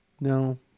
No